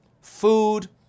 food